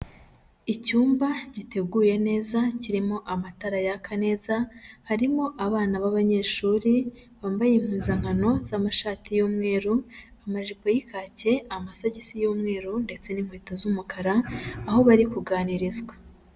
Icyumba giteguwe neza kirimo amatara yaka neza, harimo abana b'abanyeshuri bambaye impuzankano z'amashati y'umweru, amajipo y'ikake, amasogisi y'umweru ndetse n'inkweto z'umukara aho bari kuganirizwa.